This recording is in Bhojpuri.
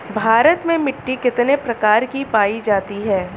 भारत में मिट्टी कितने प्रकार की पाई जाती हैं?